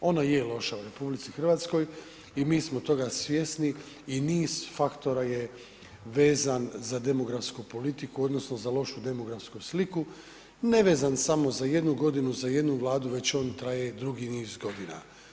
Ona je loša u RH i mi smo toga svjesni i niz faktora je vezan za demografsku politiku odnosno za lošu demografsku sliku, nevezan samo za jednu godinu, za jednu Vladu, već on traje dugi niz godina.